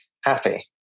happy